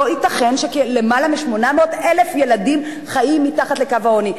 לא ייתכן שלמעלה מ-800,000 ילדים חיים מתחת לקו העוני.